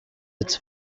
its